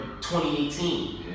2018